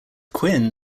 quinn